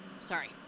Sorry